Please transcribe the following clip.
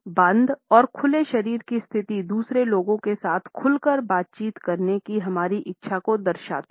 बंद और खुले शरीर की स्थिति दूसरे लोग के साथ खुलकर बातचीत करने की हमारी इच्छा को दर्शाती है